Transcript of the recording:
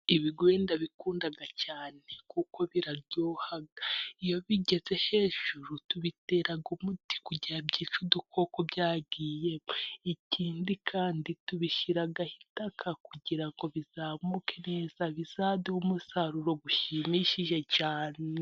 Ibigo ndabikundaga cyane, kuko biraryohaga, bigeze hejuru tubiteraga umuti kugira ngo byica udukoko twagiye, ikindi kandi tubishyira agahita ka kugira ngo bizamuke neza bizaduhe umusaruro bishimishije cyane.